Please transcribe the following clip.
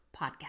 Podcast